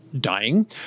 dying